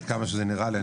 עד כמה שזה נראה לי.